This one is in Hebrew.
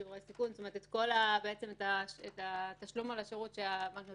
שומרי סיכון כל התשלום על השירות שהבנק נתן,